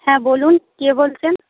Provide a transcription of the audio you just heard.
হ্যাঁ বলুন কে বলছেন